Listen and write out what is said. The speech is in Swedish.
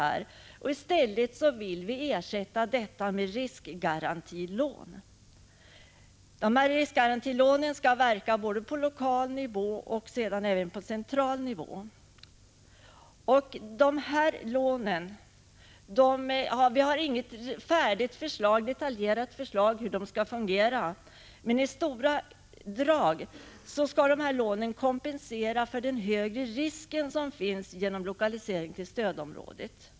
Vi vill ersätta dessa stödformer med riskgarantilån. Riskgarantilånen skall verka både på lokal och på central nivå. Vi har inget färdigt, detaljerat förslag till hur lånen skall fungera, men i stora drag skall de kompensera för den högre risk som finns vid lokalisering till stödområdet.